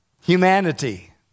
humanity